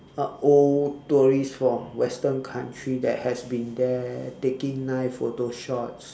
a old tourist from western country that has been there taking nice photo shots